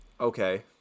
Okay